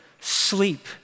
sleep